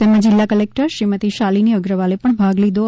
તેમાં જિલ્લા કલેકટર શ્રીમતી શાલિની અગ્રવાલે ભાગ લીધો હતો